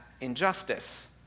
injustice